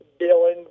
Dylan